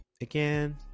Again